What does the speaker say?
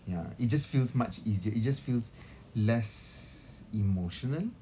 ya it just feels much easier it just feels less emotional